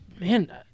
man